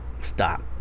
Stop